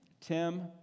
Tim